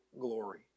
glory